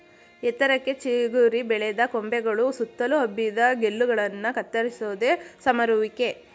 ಎತ್ತರಕ್ಕೆ ಚಿಗುರಿ ಬೆಳೆದ ಕೊಂಬೆಗಳು ಸುತ್ತಲು ಹಬ್ಬಿದ ಗೆಲ್ಲುಗಳನ್ನ ಕತ್ತರಿಸೋದೆ ಸಮರುವಿಕೆ